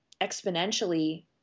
exponentially